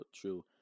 true